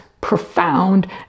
profound